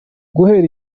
guhera